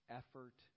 effort